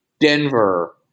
Denver